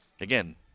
again –